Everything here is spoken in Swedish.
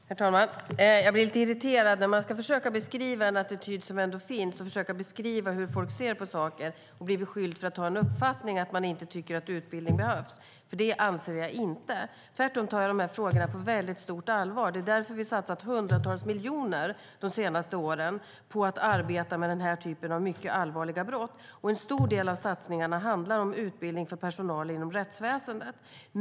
Herr talman! Jag blir lite irriterad. När jag försöker beskriva en attityd som finns och försöker beskriva hur folk ser på saker blir jag beskylld för att ha uppfattningen att utbildning inte behövs. Så är det inte. Tvärtom tar jag de här frågorna på stort allvar. Det är därför vi har satsat hundratals miljoner de senaste åren på att arbeta med den här typen av mycket allvarliga brott. En stor del av satsningarna handlar om utbildning för personal inom rättsväsendet.